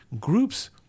groups